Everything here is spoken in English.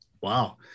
wow